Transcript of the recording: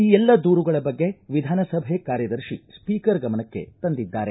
ಈ ಎಲ್ಲ ದೂರುಗಳ ಬಗ್ಗೆ ವಿಧಾನಸಭೆ ಕಾರ್ಯದರ್ಶಿ ಸ್ವೀಕರ್ ಗಮನಕ್ಕೆ ತಂದಿದ್ದಾರೆ